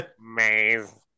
Maze